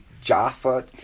jaffa